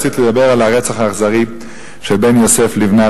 רציתי לדבר על הרצח האכזרי של בן יוסף לבנת,